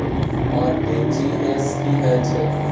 RTG S की है छै?